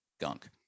gunk